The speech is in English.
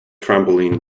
trampoline